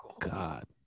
God